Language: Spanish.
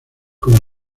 como